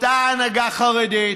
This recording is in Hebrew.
אותה הנהגה חרדית,